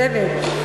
לשבת.